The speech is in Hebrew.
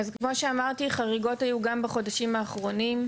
כמו שאמרתי, חריגות היו גם בחודשים האחרונים.